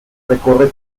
recorre